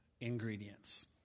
ingredients